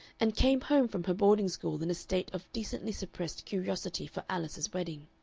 and came home from her boarding-school in a state of decently suppressed curiosity for alice's wedding.